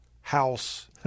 house